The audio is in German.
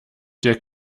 dir